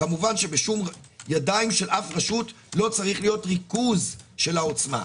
כמובן שבידיים של אף רשות לא אמור להיות ריכוז של העוצמה,